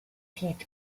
heat